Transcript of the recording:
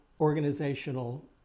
organizational